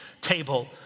table